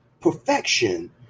perfection